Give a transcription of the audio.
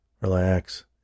Relax